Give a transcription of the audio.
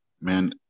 man